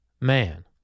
man